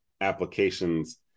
applications